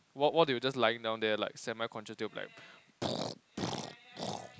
while while they were just lying down there like semi conscious they'll be like